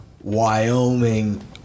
wyoming